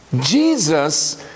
Jesus